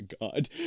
God